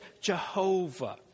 Jehovah